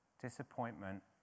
Disappointment